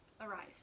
arise